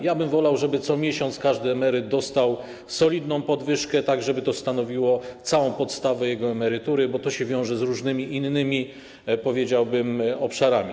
Ja bym wolał, żeby co miesiąc każdy emeryt dostał solidną podwyżkę, tak żeby to stanowiło całą podstawę jego emerytury, bo to się wiąże z różnymi innymi, powiedziałbym, obszarami.